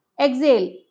Exhale